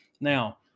Now